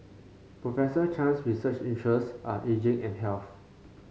Professor Chan's research interests are ageing and health